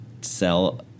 sell